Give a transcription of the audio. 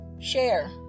share